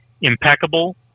impeccable